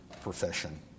profession